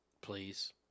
please